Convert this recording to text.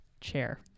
chair